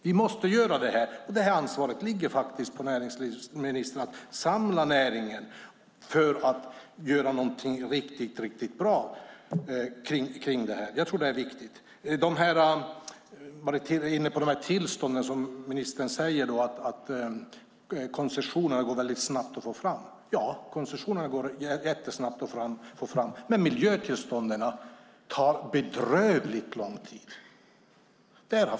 Vi måste göra det, och ansvaret ligger på näringslivsministern att samla näringen för att göra någonting riktigt bra kring det här. Det är viktigt. Man var inne på tillstånden, och ministern säger att det går snabbt att få fram koncessionerna. Ja, det går jättesnabbt att få fram koncessionerna. Men miljötillstånden tar bedrövligt lång tid.